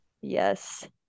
yes